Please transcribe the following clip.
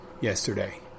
yesterday